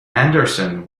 andersson